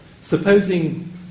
Supposing